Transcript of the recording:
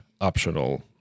optional